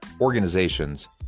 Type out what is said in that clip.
organizations